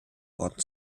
worden